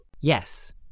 Yes